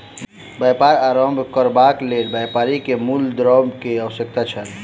व्यापार आरम्भ करबाक लेल व्यापारी के मूल द्रव्य के आवश्यकता छल